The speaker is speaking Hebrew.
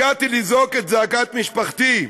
הגעתי לזעוק את זעקת משפחתי,